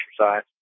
exercise